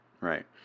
Right